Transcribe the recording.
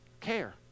care